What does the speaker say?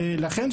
ולכן,